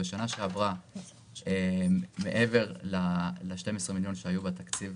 בשנה שעברה מעבר ל-12 מיליון שקל שהיו בתקציב